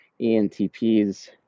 ENTPs